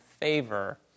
favor